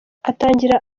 atangira